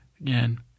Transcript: Again